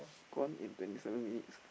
gone in twenty seven minutes